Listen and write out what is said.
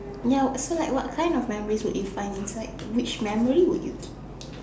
ya so like what kind of memories would you find inside which memories would you keep